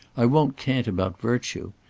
i won't cant about virtue.